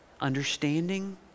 Understanding